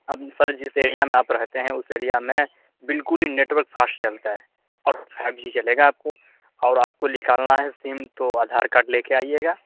اب سر جس ایریا میں آپ رہتے ہیں اس ایریا میں بالکل ہی نیٹورک فاسٹ چلتا ہے اور فائیو جی چلے گا آپ کو اور آپ کو نکالنا ہے سم تو آدھار کارڈ لے کے آئیے گا